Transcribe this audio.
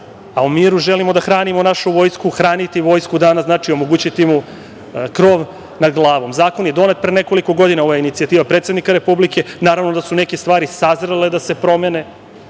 a u miru želimo da hranimo našu vojsku, hraniti vojsku danas znači omogućiti im krov nad glavom. Zakon je donet pre nekoliko godina. Ovo je inicijativa predsednika Republike, naravno da su neke stvari sazrele da se promene.